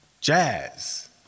Jazz